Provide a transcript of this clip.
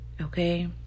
okay